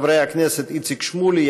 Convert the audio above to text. חברי הכנסת איציק שמולי,